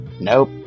Nope